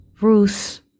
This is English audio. Ruth